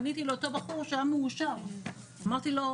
פניתי אל אותו בחור שהיה מאושר, אמרתי לו: